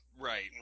Right